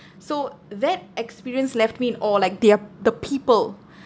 so that experience left me in awe like their p~ the people